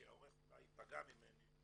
וסטי, כי העורך אולי ייפגע ממני.